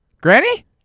Granny